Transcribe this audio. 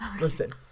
Listen